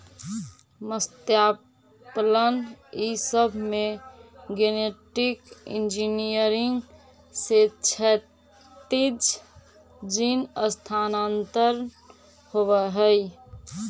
मत्स्यपालन ई सब में गेनेटिक इन्जीनियरिंग से क्षैतिज जीन स्थानान्तरण होब हई